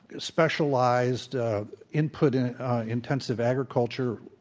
specialized input intensive agriculture,